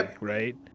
right